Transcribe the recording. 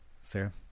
Sarah